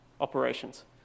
operations